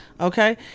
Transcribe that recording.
Okay